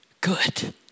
good